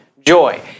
joy